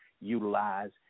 utilize